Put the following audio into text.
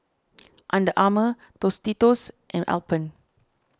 Under Armour Tostitos and Alpen